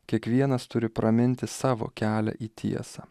kiekvienas turi praminti savo kelią į tiesą